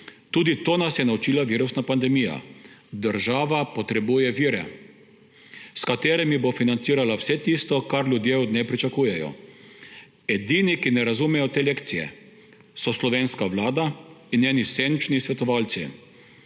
Tudi to nas je naučila virusna pandemija – država potrebuje vire, s katerimi bo financirala vse tisto, kar ljudje od nje pričakujejo. Edini, ki ne razumejo te lekcije, so slovenska vlada in njeni senčni svetovalci.